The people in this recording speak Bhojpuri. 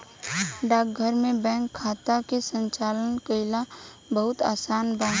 डाकघर में बैंक खाता के संचालन कईल बहुत आसान बा